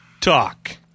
talk